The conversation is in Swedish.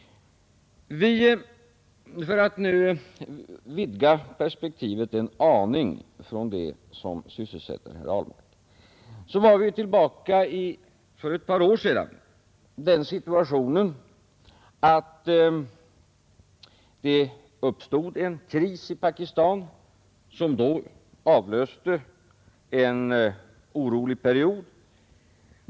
För att nu vidga perspektivet en aning från det som sysselsätter herr Ahlmark vill jag säga att det för ett par år sedan i Pakistan uppstod en kris, som avlöste en orolig period.